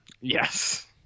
Yes